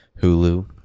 Hulu